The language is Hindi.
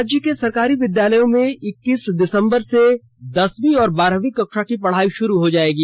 राज्य के सरकारी विद्यालयों में इक्कीस दिसंबर से दसवीं और बारहवीं कक्षा की पढ़ाई शुरू होगी